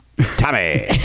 Tommy